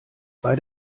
bei